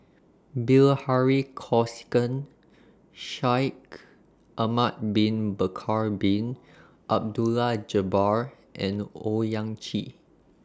Bilahari Kausikan Shaikh Ahmad Bin Bakar Bin Abdullah Jabbar and Owyang Chi